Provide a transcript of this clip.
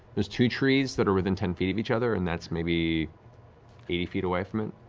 there's two trees that are within ten feet of each other and that's maybe eighty feet away from it.